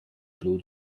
blue